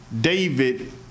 David